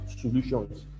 solutions